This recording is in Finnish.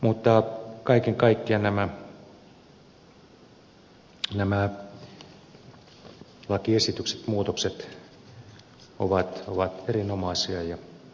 mutta kaiken kaikkiaan nämä lakiesitykset muutokset ovat erinomaisia ja kannatettavia